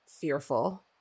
fearful